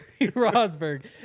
Rosberg